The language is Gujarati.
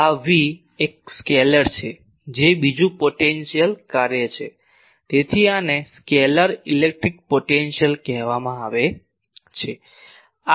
તેથી આ V એક સ્કેલેર છે જે બીજું પોટેન્શિયલ કાર્ય છે તેથી આને સ્કેલર ઇલેક્ટ્રિક પોટેન્શિયલ કહેવામાં આવે છે